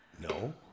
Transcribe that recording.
No